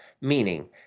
meaning